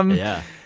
um yeah.